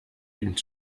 une